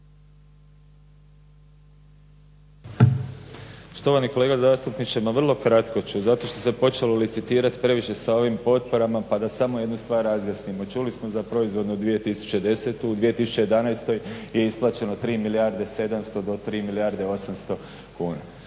Štovani kolega zastupniče. Ma vrlo kratko ću, zato što se počelo licitirat previše sa ovim potporama, pa da samo jednu stvar razjasnimo. Čuli smo za proizvodnu 2010., 2011. je isplaćeno tri milijarde 700 do 3 milijarde 800 kuna.